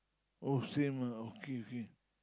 oh same lah okay okay